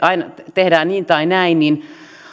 tehdään niin tai näin niin